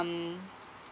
um